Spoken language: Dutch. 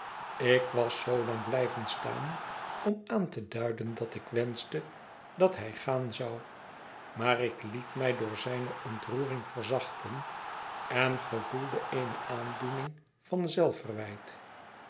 ik was zoolang blijven staan om aan te duiden dat ik wenschte dat hij gaan zou maar ik liet mij door zijne ontroering verzachten en gevoelde eene aandoening van